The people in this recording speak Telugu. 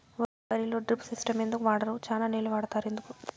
వరిలో డ్రిప్ సిస్టం ఎందుకు వాడరు? చానా నీళ్లు వాడుతారు ఎందుకు?